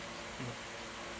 mm